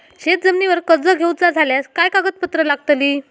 शेत जमिनीवर कर्ज घेऊचा झाल्यास काय कागदपत्र लागतली?